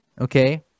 Okay